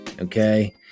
Okay